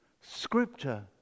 Scripture